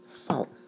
fault